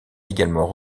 également